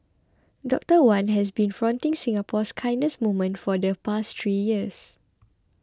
Doctor Wan has been fronting Singapore's kindness movement for the past three years